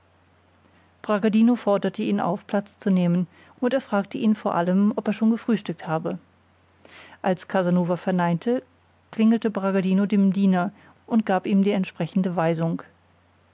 bragadino forderte ihn auf platz zu nehmen und er fragte ihn vor allem ob er schon gefrühstückt habe als casanova verneinte klingelte bragadino dem diener und gab ihm die entsprechende weisung